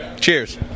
cheers